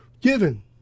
Given